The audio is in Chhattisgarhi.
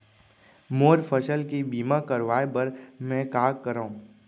मोर फसल के बीमा करवाये बर में का करंव?